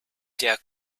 der